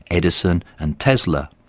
edison and tesla,